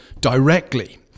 directly